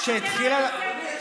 תוותר על התוספת.